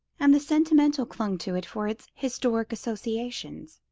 and the sentimental clung to it for its historic associations,